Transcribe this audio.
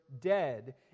dead